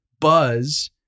buzz